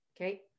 okay